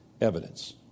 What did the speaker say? evidence